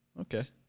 Okay